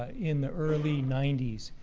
ah in the early ninety s,